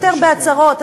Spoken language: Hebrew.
יותר בהצהרות.